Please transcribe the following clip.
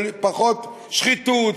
של פחות שחיתות,